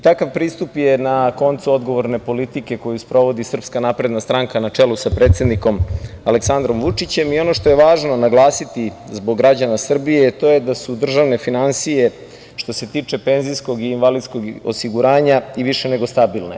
Takav pristup je na koncu odgovorne politike koju sprovodi SNS na čelu sa predsednikom Aleksandrom Vučićem i ono što je važno naglasiti, zbog građana Srbije, to je da su državne finansije što se tiče penzijskog i invalidskog osiguranja i više nego stabilne.